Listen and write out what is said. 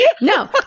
No